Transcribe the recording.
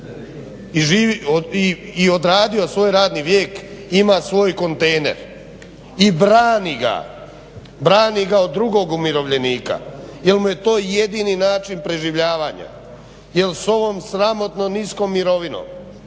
i odradio svoj radni vijek ima svoj kontejner i brani ga, brani ga od drugog umirovljenika jer mu je to jedini način preživljavanja jer s ovom sramotno niskom mirovinom